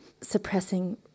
suppressing